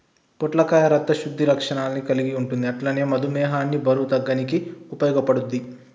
పొట్లకాయ రక్త శుద్ధి లక్షణాలు కల్గి ఉంటది అట్లనే మధుమేహాన్ని బరువు తగ్గనీకి ఉపయోగపడుద్ధి